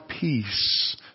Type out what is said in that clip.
peace